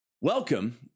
welcome